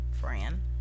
Fran